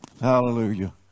Hallelujah